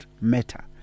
matter